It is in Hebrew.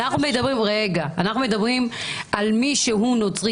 אנחנו מדברים על מי שהוא נוצרי,